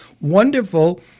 wonderful